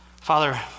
Father